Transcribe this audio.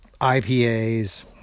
IPAs